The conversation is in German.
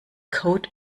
code